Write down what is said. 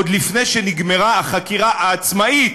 עוד לפני שנגמרה החקירה העצמאית,